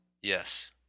Yes